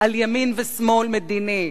על ימין ושמאל מדיני.